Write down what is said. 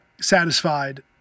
satisfied